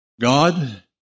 God